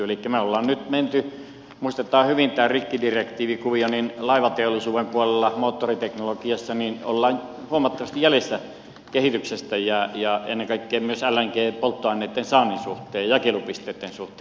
elikkä me olemme nyt muistetaan hyvin tämä rikkidirektiivikuvio laivateollisuuden puolella moottoriteknologiassa huomattavasti jäljessä kehityksestä ja ennen kaikkea myös lng polttoaineitten saannin suhteen ja jakelupisteitten suhteen